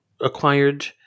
acquired